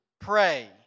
pray